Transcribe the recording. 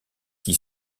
qui